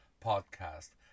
podcast